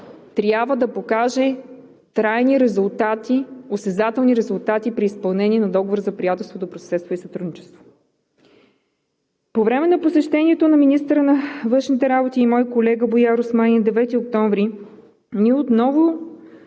трябва да покаже трайни резултати, осезателни резултати при изпълнение на Договора за приятелство, добросъседство и сътрудничество. По време на посещението на министъра на външните работи и мой колега Буяр Османи на 9 октомври тази